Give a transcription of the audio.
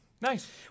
Nice